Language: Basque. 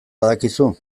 badakizu